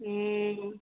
हूँ